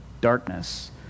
darkness